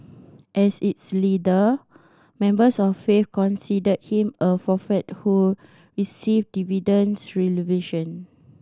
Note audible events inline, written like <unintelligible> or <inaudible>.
<noise> as its leader members of faith considered him a prophet who received <unintelligible>